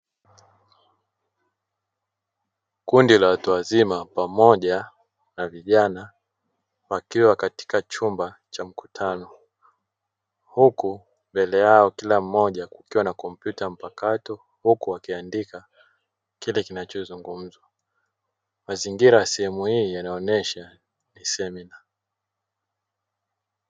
Kundi la watu wazima pamoja na vijana wakiwa katika chumba cha mkutano, huku mbele yao kila mmoja kukiwa na kompyuta mpakato, huku wakiandika kile kinachozungumzwa. Mazingira ya sehemu hii yanaonyesha ni semina.